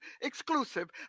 exclusive